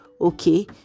okay